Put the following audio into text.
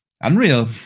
Unreal